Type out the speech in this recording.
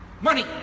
Money